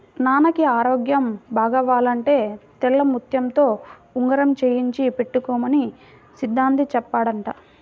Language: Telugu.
నాన్నకి ఆరోగ్యం బాగవ్వాలంటే తెల్లముత్యంతో ఉంగరం చేయించి పెట్టుకోమని సిద్ధాంతి చెప్పాడంట